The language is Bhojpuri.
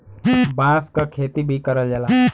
बांस क खेती भी करल जाला